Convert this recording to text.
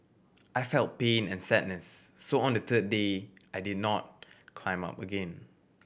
I felt pain and sadness so on the third day I did not not climb up again